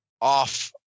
off